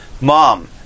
Mom